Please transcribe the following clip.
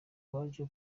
baje